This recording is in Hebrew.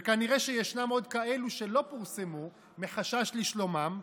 וכנראה שישנם עוד כאלו שלא פורסמו מחשש לשלומם,